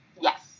Yes